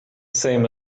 same